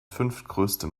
fünftgrößte